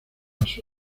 las